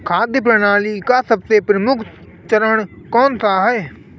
खाद्य प्रणाली का सबसे प्रमुख चरण कौन सा है?